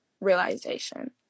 realization